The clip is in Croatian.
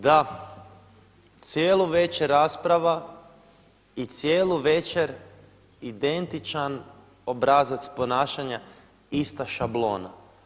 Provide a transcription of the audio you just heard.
Da, cijelu večer rasprava i cijelu večer identičan obrazac ponašanja ista šablona.